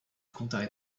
comptes